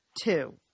two